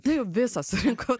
tai jau visą surinkau